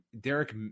Derek